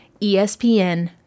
ESPN